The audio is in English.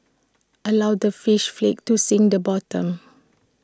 allow the fish flakes to sink the bottom